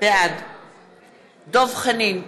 בעד דב חנין,